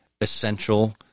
essential